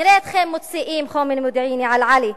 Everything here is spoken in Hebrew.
נראה אתכם מוציאים חומר מודיעיני על עלי,